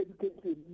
education